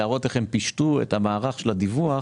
להראות איך הם פישטו את המערך של הדיווח